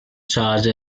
charge